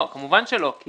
לא, כמובן שלא כי